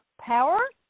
power